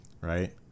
right